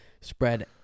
spread